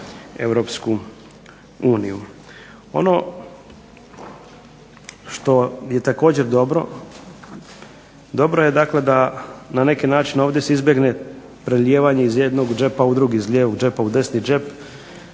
Europsku uniju. Ono što je također dobro, dobro je dakle da na neki način ovdje se izbjegne prelijevanje iz jednog džepa u drugi, iz lijevog džepa u desni džep,